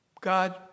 God